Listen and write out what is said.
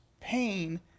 pain